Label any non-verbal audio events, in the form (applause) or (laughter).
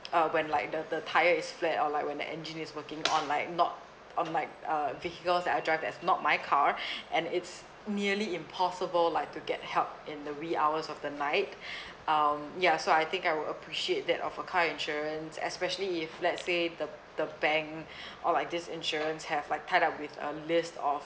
uh when like the the tyre is flat or like when the engine is working on like not on like uh vehicles that I drive that's not my car (breath) and it's nearly impossible like to get help in the wee hours of the night (breath) um ya so I think I will appreciate that of a car insurance especially if let's say the the bank or like this insurance have like tied up with a list of